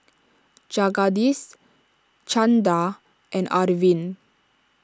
Jagadish Chanda and Arvind